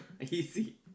Easy